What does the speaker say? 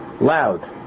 Loud